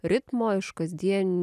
ritmo iš kasdienių